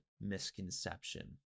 misconception